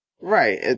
Right